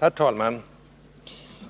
Herr talman!